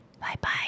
Bye-bye